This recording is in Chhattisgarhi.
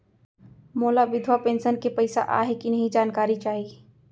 मोला विधवा पेंशन के पइसा आय हे कि नई जानकारी चाही?